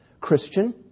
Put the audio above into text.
Christian